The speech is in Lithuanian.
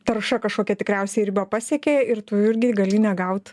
tarša kažkokia tikriausiai ribą pasiekė ir tu irgi gali negaut